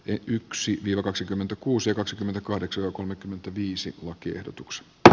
yksi jo kaksikymmentäkuusi kaksikymmentäkahdeksan hylätä lakiehdotukset dr